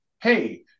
hey